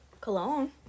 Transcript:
Cologne